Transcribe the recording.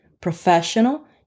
professional